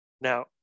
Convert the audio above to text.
Now